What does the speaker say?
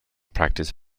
practice